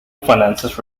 finances